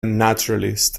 naturalist